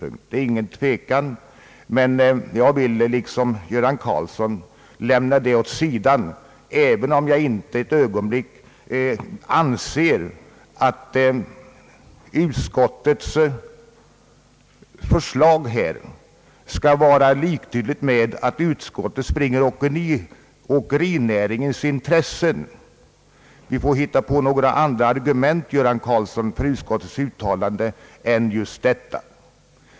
Det råder ingen tvekan om detta, men jag vill såsom herr Göran Karlsson lämna detta åt sidan, även om jag inte ett ögonblick anser att utskottets förslag skulle vara liktydigt med att utskottet företräder åkerinäringens intressen. Ni får hitta på andra argument, herr Göran Karlsson, för utskottets uttalande än just detta.